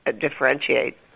differentiate